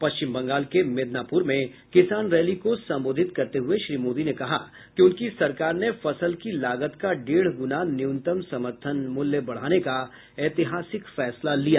पश्चिम बंगाल में मिदनापुर में किसान रैली को संबोधित करते हुए श्री मोदी ने कहा कि उनकी सरकार ने फसल की लागत का डेढ़ गुना न्यूनतम समर्थन मूल्य बढ़ाने का ऐतिहासिक फैसला लिया